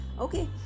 Okay